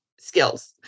skills